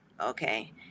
okay